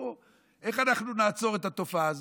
איך אנחנו נעצור את התופעה הזאת?